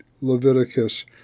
Leviticus